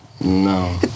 No